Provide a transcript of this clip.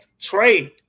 trade